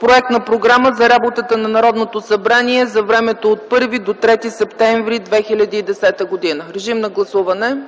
проект на Програма за работата на Народното събрание за времето от 1-3 септември 2010 г. Гласували